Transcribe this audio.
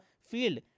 field